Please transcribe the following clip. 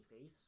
face